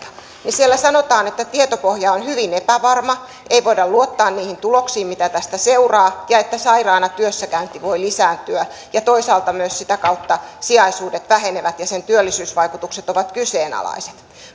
siellä sanotaan että tietopohja on hyvin epävarma ei voida luottaa niihin tuloksiin mitä tästä seuraa ja että sairaana työssäkäynti voi lisääntyä ja toisaalta myös sitä kautta sijaisuudet vähenevät ja sen työllisyysvaikutukset ovat kyseenalaiset